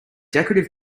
decorative